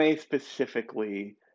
specifically